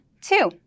two